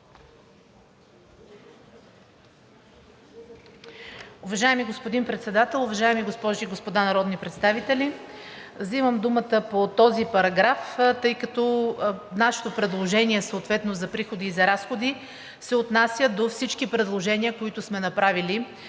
Уважаеми господин Председател, уважаеми госпожи и господа народни представители! Взимам думата по този параграф, тъй като нашето предложение, съответно за приходи и за разходи, се отнася до всички предложения, които сме направили